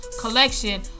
collection